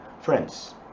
Friends